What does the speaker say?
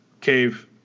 cave